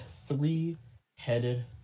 three-headed